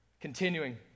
Continuing